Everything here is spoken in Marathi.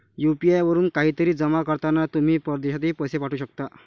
यू.पी.आई वरून काहीतरी जमा करताना तुम्ही परदेशातही पैसे पाठवू शकता